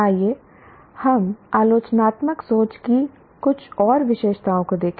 आइए हम आलोचनात्मक सोच की कुछ और विशेषताओं को देखें